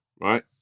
right